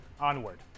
Onward